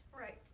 Right